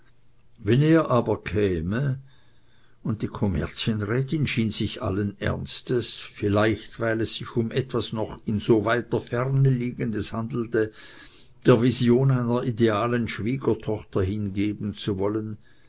wenn er aber käme und die kommerzienrätin schien sich allen ernstes vielleicht weil es sich um etwas noch in so weiter ferne liegendes handelte der vision einer idealen schwiegertochter hingeben zu wollen